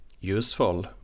useful